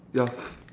yes